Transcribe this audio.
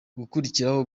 gukurikiraho